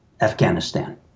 Afghanistan